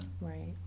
right